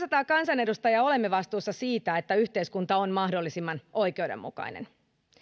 kaksisataa kansanedustajaa olemme vastuussa siitä että yhteiskunta on mahdollisimman oikeudenmukainen